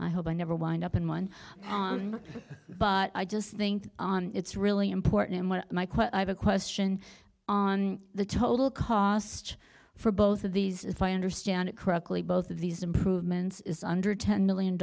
i hope i never wind up in one but i just think it's really important and what i have a question on the total cost for both of these if i understand it correctly both of these improvements is under ten million